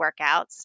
workouts